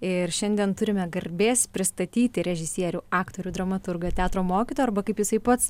ir šiandien turime garbės pristatyti režisierių aktorių dramaturgą teatro mokytoją arba kaip jisai pats